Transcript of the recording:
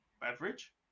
Beverage